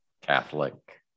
Catholic